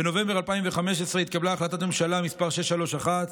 בנובמבר 2015 התקבלה החלטת ממשלה מס' 631,